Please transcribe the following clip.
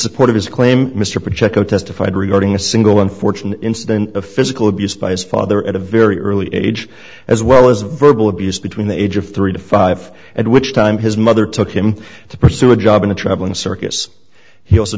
support of his claim mr project though testified regarding a single unfortunate incident of physical abuse by his father at a very early age as well as verbal abuse between the age of three to five at which time his mother took him to pursue a job in a traveling circus he